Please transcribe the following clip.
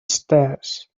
stairs